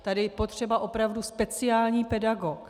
Tady je potřeba opravdu speciální pedagog.